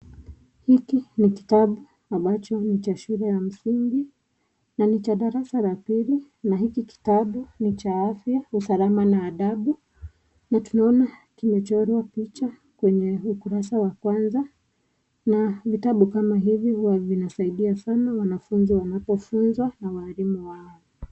Hiki ni kitabu ambacho ni cha shule ya msingi na ni cha darasa la pili na hiki kitabu ni cha afya, usalama na adabu na tunaona kumechorwa picha katika ukurasa wa kwanza na vitabu kama hivi huwa vinasaidia sana wanafunzi wanapofunzwa na walimu wao.